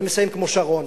ומסיים כמו שרון,